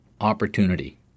opportunity